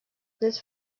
this